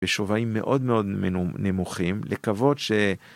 בשווים מאוד מאוד נמוכים, לקוות ש...